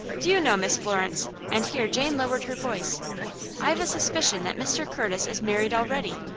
do you know, miss florence and here jane lowered her voice i've a suspicion that mr. curtis is married already?